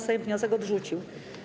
Sejm wniosek odrzucił.